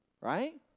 right